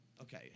Okay